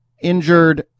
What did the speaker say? injured